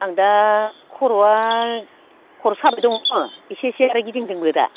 आं दा खर'आ खर' साबाय दङ एसे एसे आरो गिदिंदोंबो दा